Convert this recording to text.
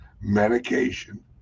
medication